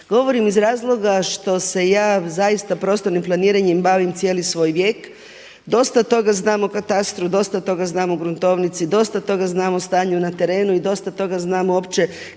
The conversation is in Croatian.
Govorim iz razloga što se ja zaista prostornim planiranjem bavim cijeli svoj vijek. Dosta toga znam o katastru, dosta toga znam o gruntovnici, dosta toga znam o stanju na terenu i dosta toga znam uopće